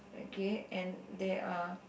okay and there are